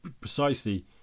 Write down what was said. precisely